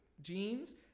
jeans